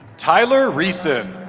tyler reisen.